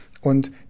und